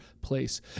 place